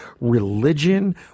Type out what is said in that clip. religion